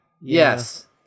Yes